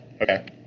Okay